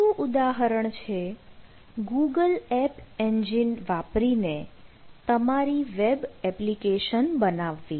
બીજું ઉદાહરણ છે ગૂગલ એપ એન્જિન વાપરીને તમારી વેબ એપ્લિકેશન બનાવવી